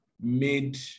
made